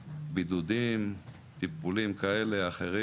בידודים, טיפולים כאלה או אחרים,